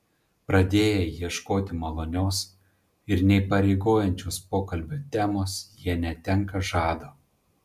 pradėję ieškoti malonios ir neįpareigojančios pokalbio temos jie netenka žado